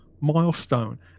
milestone